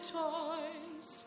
toys